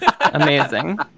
Amazing